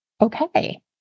Okay